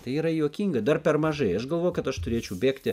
tai yra juokinga dar per mažai aš galvoju kad aš turėčiau bėgti